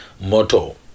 motto